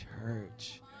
church